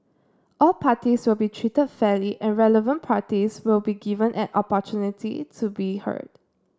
all parties will be treated fairly and relevant parties will be given an opportunity to be heard